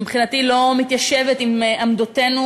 שמבחינתי לא מתיישבת עם עמדותינו,